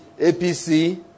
APC